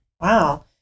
Wow